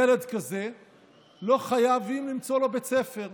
לילד כזה לא חייבים למצוא בית ספר.